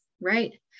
Right